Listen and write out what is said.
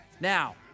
Now